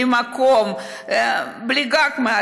בלי מקום,